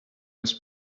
was